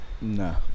No